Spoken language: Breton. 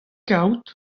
kaout